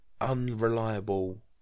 unreliable